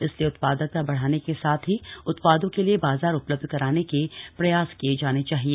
इसलिए उत्पादकता बढ़ाने के साथ ही उत्पादों के लिए बाजार उपलब्ध कराने के प्रयास किए जाने चाहिए